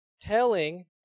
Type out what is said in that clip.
telling